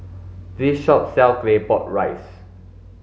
this shop sells claypot rice